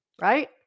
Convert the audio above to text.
right